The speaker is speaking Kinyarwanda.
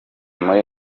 muri